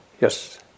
Yes